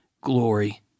glory